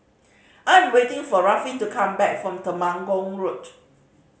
I am waiting for Ruffin to come back from Temenggong Road